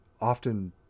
often